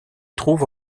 trouve